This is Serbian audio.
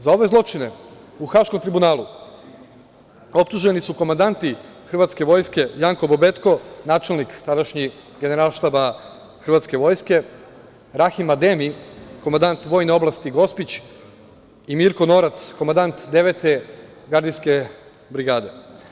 Za ove zločine u Haškom tribunalu optuženi su komandanti hrvatske vojske Janko Bobetko, načelnik tadašnji Generalštaba Hrvatske vojske, Rahim Ademi, komandant vojne oblasti Gospić i Mirko Norac, komandant Devete gardijske brigade.